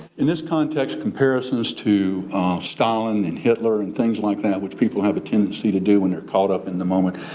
in this context, comparisons to stalin and hitler and things like that which people have a tendency to do when they're caught up in the moment,